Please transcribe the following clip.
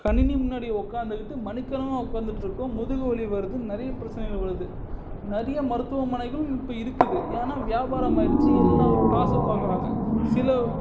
கணினி முன்னாடி உக்காந்துக்கிட்டு மணி கணக்காக உக்காந்துட்டு இருக்கோம் முதுகு வலி வருது நிறைய பிரச்சனைகள் வருது நிறையா மருத்துவமனைகளும் இப்போ இருக்குது ஏன்னா வியாபாரம் ஆயிடுச்சு எல்லாரும் காசு பார்க்குறாங்க சில